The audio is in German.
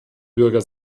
bürger